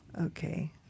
Okay